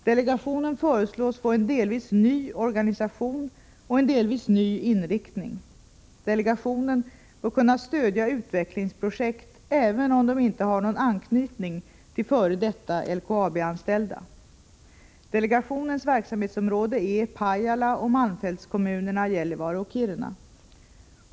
Delegationen föreslås få en delvis ny organisation och en delvis ny inriktning. Delegationen bör kunna stödja utvecklingsprojekt även om de inte har någon anknytning till LKAB-anställda. Delegationens verksamhetsområde är Pajala och malmfältskommunerna Gällivare och Kiruna.